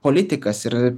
politikas ir